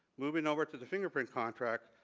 moving over to the fingerprint contract,